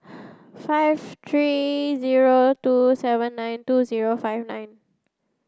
five three zero two seven nine two zero five nine